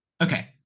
okay